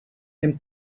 hem